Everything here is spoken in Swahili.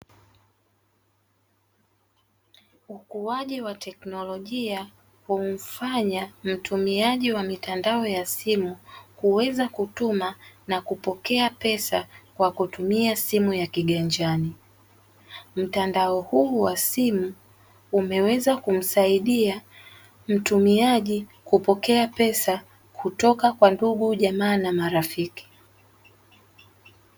Ukuaji wa teknolojia humfanya mtumiaji wa mitandao ya simu kuweza kutuma na kupokea pesa kwa kutumia simu ya kiganjani. Mtandao huu wa simu umeweza kumsaidia mtumiaji kupokea pesa kutoka kwa ndugu, jamaa na marafiki.